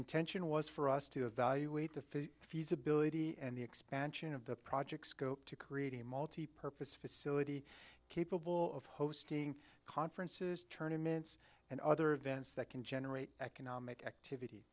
intention was for us to evaluate the feasibility and the expansion of the project scope to create a multipurpose facility capable of hosting conferences tournaments and other events that can generate economic act